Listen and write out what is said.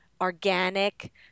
organic